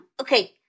Okay